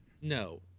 no